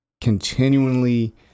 continually